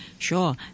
Sure